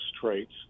traits